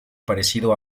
parecido